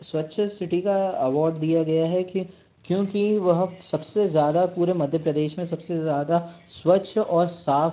स्वच्छ सिटी का एबौड दिया गया है कि क्योंकि वह सबसे ज़्यादा पूरे मध्य प्रदेश में सबसे ज़्यादा स्वच्छ और साफ